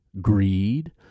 greed